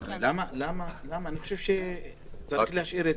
אוסאמה סעדי (תע"ל,